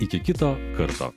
iki kito karto